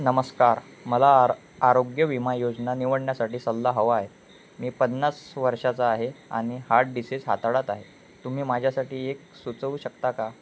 नमस्कार मला आर आरोग्य विमा योजना निवडण्यासाठी सल्ला हवा आहे मी पन्नास वर्षाचा आहे आणि हार्ट डिसीज हाताळत आहे तुम्ही माझ्यासाठी एक सुचवू शकता का